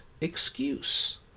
excuse